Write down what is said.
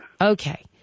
Okay